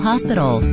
Hospital